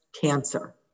cancer